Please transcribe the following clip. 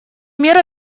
меры